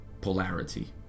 polarity